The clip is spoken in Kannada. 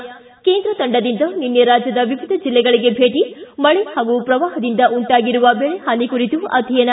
ಿ ಕೇಂದ್ರ ತಂಡದಿಂದ ನಿನ್ನೆ ರಾಜ್ಯದ ವಿವಿಧ ಜಿಲ್ಲೆಗಳಿಗೆ ಭೇಟ ಮಳೆ ಹಾಗೂ ಪ್ರವಾಹದಿಂದಾಗಿ ಉಂಟಾಗಿರುವ ಬೆಳೆ ಹಾನಿ ಕುರಿತು ಅಧ್ಯಯನ